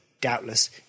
Doubtless